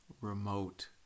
remote